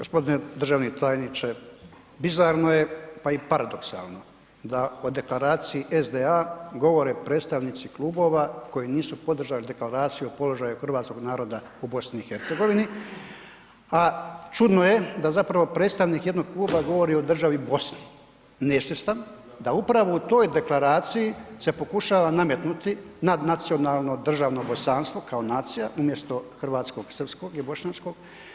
Gospodine državni tajniče, bizarno je pa i paradoksalno da o Deklaraciji SDA govore predstavnici klubova koji nisu podržali Deklaraciju o položaju hrvatskog naroda u BiH a čudno je da zapravo predstavnik jednog kluba govori o državi Bosni nesvjestan da upravo u toj Deklaraciji se pokušava nametnuti nadnacionalno državno bosanstvo kao nacija umjesto hrvatskog, srpskog i bošnjačkog.